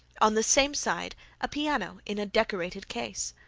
on the same side a piano in a decorated case.